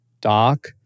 Doc